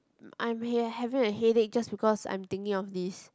br~ I'm here having a headache just because I'm thinking of this